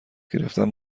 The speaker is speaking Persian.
گرفتن